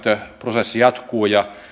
prosessi jatkuu ja